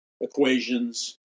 equations